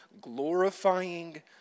glorifying